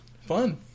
fun